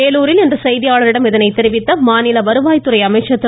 வேலூரில் இன்று செய்தியாளர்களிடம் இதனை தெரிவித்த மாநில வருவாய் துறை அமைச்சர் திரு